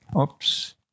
Oops